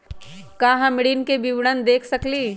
का हम ऋण के विवरण देख सकइले?